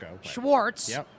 Schwartz